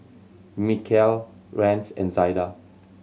Mikeal Rance and Zaida